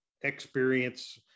experience